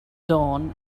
dawn